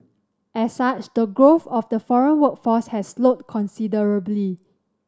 as such the growth of the foreign workforce has slowed considerably